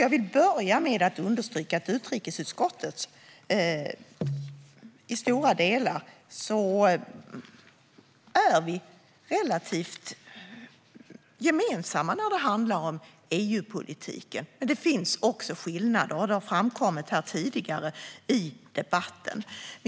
Jag vill börja med att understryka att utrikesutskottet i stora delar har relativt mycket gemensamt när det handlar om EU-politiken, men det finns också skillnader, något som har framkommit tidigare i debatten.